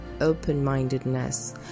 open-mindedness